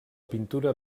pintura